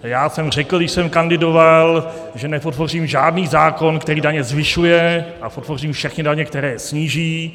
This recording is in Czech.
Já jsem řekl, když jsem kandidoval, že nepodpořím žádný zákon, který daně zvyšuje, a podpořím všechny zákony, které je sníží.